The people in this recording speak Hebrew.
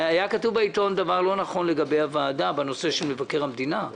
היה כתוב בעיתון דבר לא נכון לגבי הוועדה בנושא מבקר המדינה.